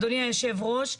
אדוני היושב ראש,